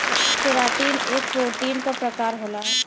keratin एक protein क प्रकार होला